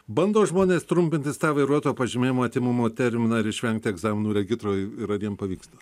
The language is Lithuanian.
bando žmonės trumpintis tą vairuotojo pažymėjimo atėmimo terminą ir išvengti egzaminų regitroj ir ar jiem pavyksta